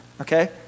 okay